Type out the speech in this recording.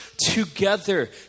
together